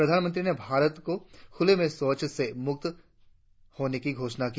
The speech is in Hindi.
प्रधानमंत्री ने भारत को खुले में शौच से मुक्त होने की घोषणा की